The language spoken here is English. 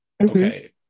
Okay